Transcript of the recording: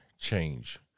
change